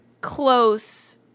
close